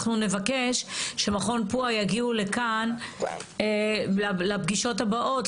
נבקש שמכון פוע"ה יגיעו לכאן לפגישות הבאות,